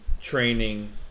training